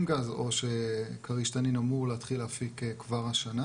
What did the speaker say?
גז או שכריש-תנין אמור להתחיל להפיק כבר השנה,